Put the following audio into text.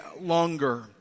longer